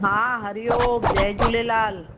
हा हरी ओम जय झूलेलाल